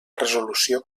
resolució